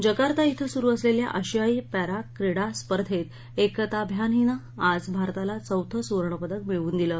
Jakarta इथं सुरू असलेल्या आशियाई पद्धी क्रीडा स्पर्धेत एकता भ्यान हिनं आज भारताला चौथं सुवर्णपदक मिळवून दिलं